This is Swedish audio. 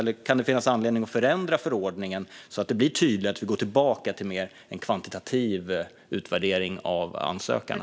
Eller kan det finnas anledning att förändra förordningen, så att det blir tydligare och så att vi går tillbaka till en mer kvantitativ utvärdering av ansökarna?